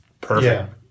Perfect